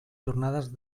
jornades